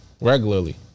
Regularly